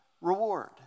reward